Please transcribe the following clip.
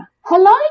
Hello